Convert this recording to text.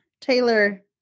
Taylor